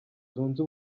zunze